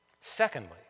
Secondly